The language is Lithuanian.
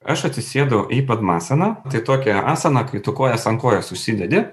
aš atsisėdau į padmasaną tai tokia asana kai tu kojas ant kojos užsidedi